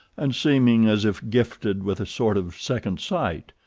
and seeming as if gifted with a sort of second sight,